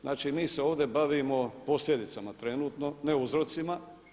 Znači mi se ovdje bavimo posljedicama trenutno, ne uzrocima.